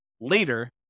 later